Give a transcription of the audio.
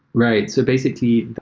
right. so basically,